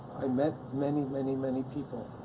i met many many many people.